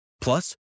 Plus